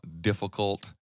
difficult